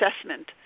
assessment